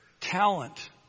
talent